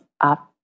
up